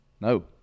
no